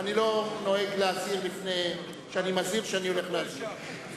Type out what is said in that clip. ואני לא נוהג להזהיר לפני שאני מזהיר שאני הולך להזהיר.